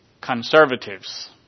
conservatives